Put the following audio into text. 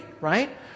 right